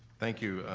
thank you,